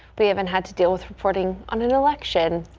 they haven't had to deal with reporting on an election.